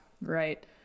Right